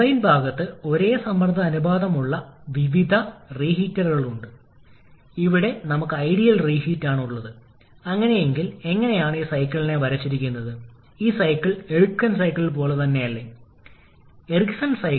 83 മുമ്പത്തെ സ്ലൈഡിൽ നമ്മൾ കണ്ടതുപോലെ ഒരു പ്രത്യേക പവർ ഷാഫ്റ്റിൽ എൽപി ടർബൈൻ ഘടിപ്പിച്ചിരിക്കുന്ന എച്ച്പി ടർബൈൻ ആണ് ഇത് നയിക്കുന്നത്